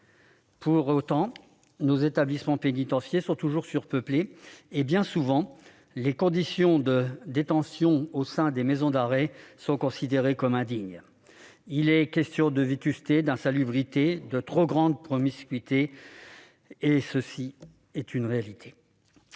Pour autant, nos établissements pénitentiaires sont toujours surpeuplés et, bien souvent, les conditions de détention au sein des maisons d'arrêt sont considérées comme indignes. Il est question de vétusté, d'insalubrité, de trop grande promiscuité. C'est